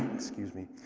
excuse me,